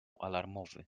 alarmowy